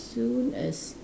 as soon as